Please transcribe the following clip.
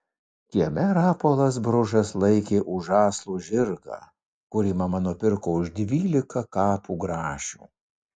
kieme rapolas bružas laikė už žąslų žirgą kurį mama nupirko už dvylika kapų grašių